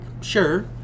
sure